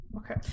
okay